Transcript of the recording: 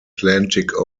atlantic